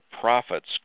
profits